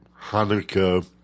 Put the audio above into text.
Hanukkah